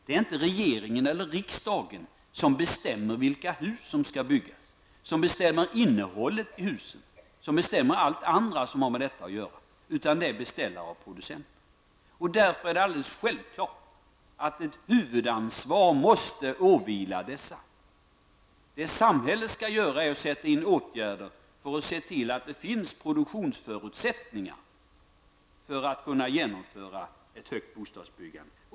Det är inte regeringen eller riksdagen som bestämmer vilka hus som skall byggas, som bestämmer innehållet i husen, som bestämmer allt det andra som har med detta att göra, utan det är beställare och producenter. Därför är det alldeles självklart att ett huvudansvar måste åvila dessa. Det samhället skall göra är att sätta in åtgärder för att se till att det finns produktionsförutsättningar för genomförandet av ett omfattande bostadsbyggande.